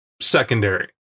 secondary